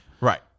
Right